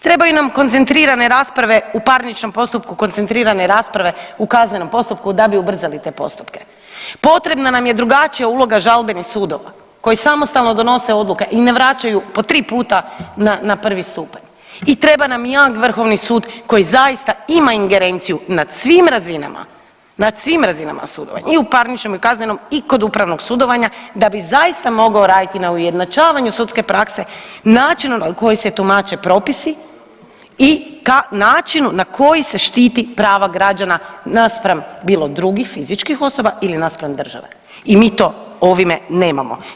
Trebaju nam koncentrirane rasprave u parničnom postupku koncentrirate rasprave u kaznenom postupku da bi ubrzali te postupke, potrebna nam je drugačija uloga žalbenih sudova koji samostalno donose odluke i ne vraćaju po tri puta na prvi stupanj i treba nam jak vrhovni sud koji zaista ima ingerenciju nad svim razinama, nad svim razinama sudovanja i u parničnom i u kaznenom i kod upravnog sudovanja da bi zaista mogao raditi na ujednačavanju sudske prakse, način na koji se tumače propisi i načinu na koji se štiti prava građana naspram bilo drugih fizičkih osoba ili naspram države i mi to ovime nemamo.